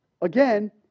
again